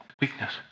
weakness